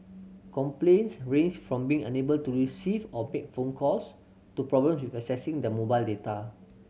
complaints ranged from being unable to receive or make phone calls to problems with accessing their mobile data